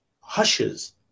hushes